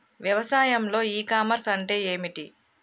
వ్యవసాయంలో e commerce అంటే ఏమిటి?